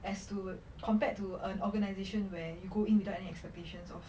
as to compared to an organization where you go in without any expectations of